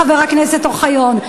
חבר הכנסת אוחיון.